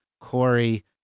Corey